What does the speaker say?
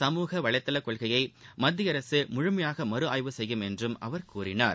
சமூக வலைதள கொள்கையை மத்திய அரசு முழுமையாக மறு ஆய்வு செய்யும் என்றும் அவர் கூறினார்